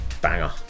Banger